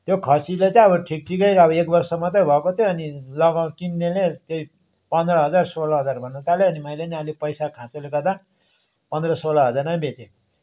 त्यो खसीले चाहिँ अब ठिक ठिकैको अब एक वर्ष मात्रै भएको थियो अनि लगाउँ किन्नेले त्यही पन्ध्र हजार सोह्र हजार भन्नु थाल्यो अनि मैले नि अलिक पैसाको खाँचोले गर्दा पन्ध्र सोह्र हजारमै बेचेँ